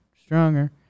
stronger